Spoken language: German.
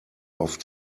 auf